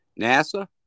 NASA